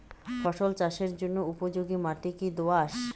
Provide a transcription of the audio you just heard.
ফসল চাষের জন্য উপযোগি মাটি কী দোআঁশ?